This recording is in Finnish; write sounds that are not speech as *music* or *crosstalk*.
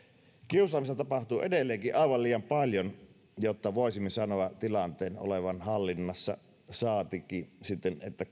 kiusaamista tapahtuu edelleenkin aivan liian paljon jotta voisimme sanoa tilanteen olevan hallinnassa saatikka sitten että *unintelligible*